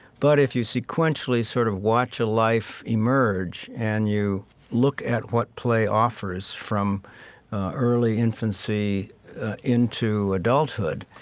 but if you sequentially sort of watch a life emerge and you look at what play offers from early infancy into adulthood,